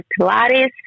Pilates